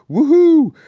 woo hoo!